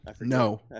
No